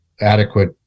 adequate